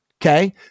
Okay